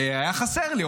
והיה חסר לי,